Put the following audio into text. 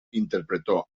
interpretó